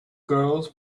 girls